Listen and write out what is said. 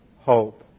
hope